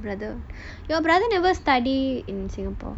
elder brother your brother never study in singapore